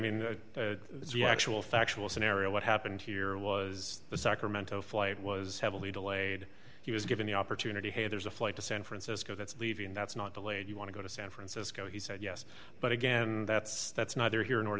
mean the actual factual scenario what happened here was the sacramento flight was heavily delayed he was given the opportunity hey there's a flight to san francisco that's leaving that's not delayed you want to go to san francisco he said yes but again that's that's neither here nor